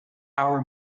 our